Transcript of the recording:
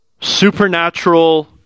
supernatural